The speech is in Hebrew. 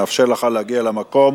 נאפשר לך להגיע למקום